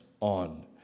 on